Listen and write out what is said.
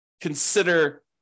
consider